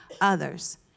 others